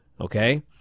okay